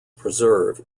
preserve